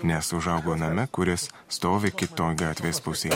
nes užaugo name kuris stovi kitoj gatvės pusėj